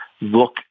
look